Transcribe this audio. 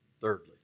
Thirdly